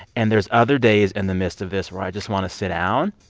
and there's other days in the midst of this where i just want to sit down.